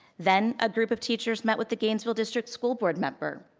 then, a group of teachers met with the gainesville district school board member